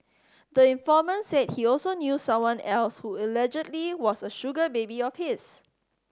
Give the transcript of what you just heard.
the informant said he also knew someone else who allegedly was a sugar baby of his